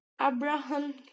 Abraham